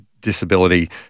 disability